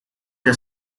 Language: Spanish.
que